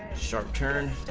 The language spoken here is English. sharp turn